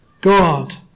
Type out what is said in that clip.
God